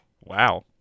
Wow